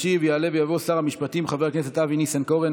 ישיב יעלה ויבוא שר המשפטים חבר הכנסת אבי ניסנקורן,